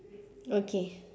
okay